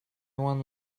one